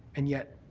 and yet,